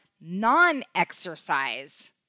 non-exercise